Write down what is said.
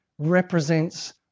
represents